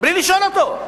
בלי לשאול אותו.